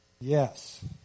Yes